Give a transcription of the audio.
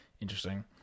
interesting